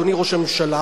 אדוני ראש הממשלה,